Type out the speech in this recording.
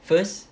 first